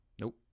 Nope